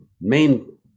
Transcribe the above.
main